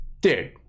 Dude